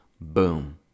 Boom